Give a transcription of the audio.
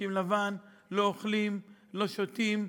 לובשים לבן, לא אוכלים, לא שותים.